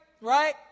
right